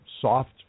soft